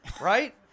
right